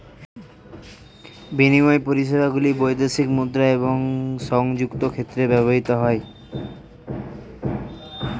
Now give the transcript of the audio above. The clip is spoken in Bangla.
বিনিময় পরিষেবাগুলি বৈদেশিক মুদ্রা এবং সংযুক্ত ক্ষেত্রে ব্যবহৃত হয়